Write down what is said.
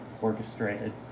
orchestrated